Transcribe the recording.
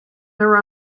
their